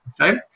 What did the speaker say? Okay